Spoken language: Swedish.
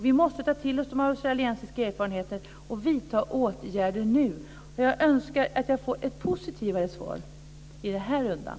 Vi måste ta till oss de australiensiska erfarenheterna och vidta åtgärder nu. Jag önskar att jag får ett positivare svar i den här rundan.